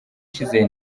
ishize